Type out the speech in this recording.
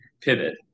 pivot